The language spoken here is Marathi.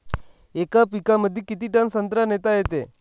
येका पिकअपमंदी किती टन संत्रा नेता येते?